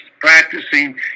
practicing